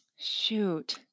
Shoot